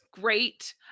great